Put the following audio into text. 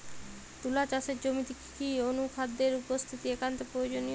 তুলা চাষের জমিতে কি কি অনুখাদ্যের উপস্থিতি একান্ত প্রয়োজনীয়?